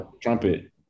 trumpet